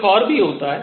कुछ और भी होता है